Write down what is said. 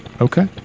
okay